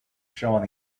showing